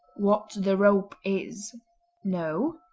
what the rope is no!